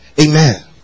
amen